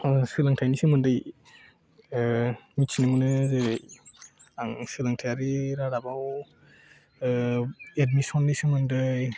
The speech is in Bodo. आं सोलोंथायनि सोमोन्दै मिथिनो मोनो जेरै आं सोलोंथायारि रादाबाव एडमिसननि सोमोन्दै